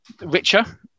richer